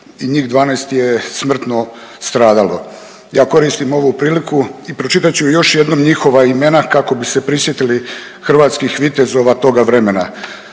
njih 12 smrtno stradalo. Ja koristim ovu priliku i pročitat ću još jednom njihova imena kako bi se prisjetili hrvatskih vitezova toga vremena.